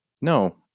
No